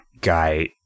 guy